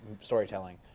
storytelling